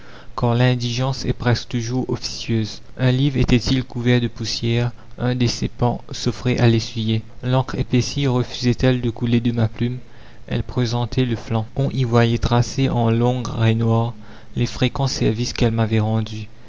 car l'indigence est presque toujours officieuse un livre était-il couvert de poussière un de ses pans s'offrait à l'essuyer l'encre épaissie refusait elle de couler de ma plume elle présentait le flanc on y voyait tracés en longues raies noires les fréquents services qu'elle m'avait rendus